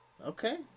Okay